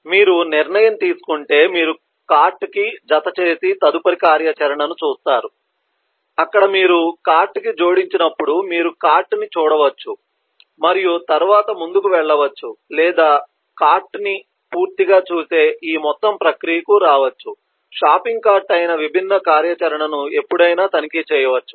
మీరు నిర్ణయం తీసుకుంటే మీరు కార్ట్ కి జతచేసే తదుపరి కార్యాచరణను చేస్తారు అక్కడ మీరు కార్ట్ కి జోడించినప్పుడు మీరు కార్ట్ ని చూడవచ్చు మరియు తరువాత ముందుకు వెళ్ళవచ్చు లేదా కార్ట్ ని పూర్తిగా చూసే ఈ మొత్తం ప్రక్రియకు రావచ్చు షాపింగ్ కార్ట్ అయిన విభిన్న కార్యాచరణను ఎప్పుడైనా తనిఖీ చేయవచ్చు